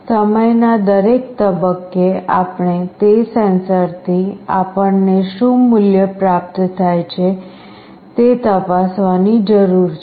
તેથી સમયના દરેક તબક્કે આપણે તે સેન્સરથી આપણને શું મૂલ્ય પ્રાપ્ત થાય છે તે તપાસવાની જરૂર છે